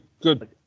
good